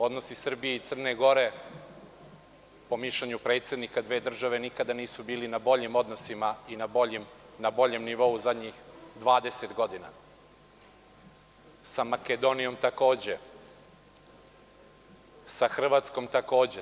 Odnosi Srbije i Crne Gore, po mišljenju predsednika dve države, nikada nisu bili na boljim odnosima i na boljem nivou u zadnjih 20 godina, sa Makedonijom takođe, sa Hrvatskom takođe.